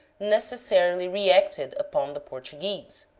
necessarily reacted upon the portu guese.